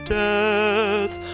death